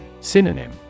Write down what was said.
Synonym